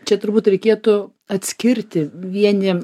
čia turbūt reikėtų atskirti vieniem